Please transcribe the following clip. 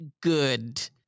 good